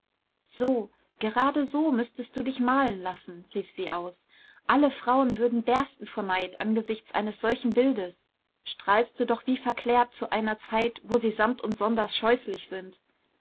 so gerade so müßtest du dich malen lassen rief sie aus alle frauen würden bersten vor neid angesichts eines solchen bildes strahlst du doch wie verklärt zu einer zeit wo sie samt und sonders scheußlich sind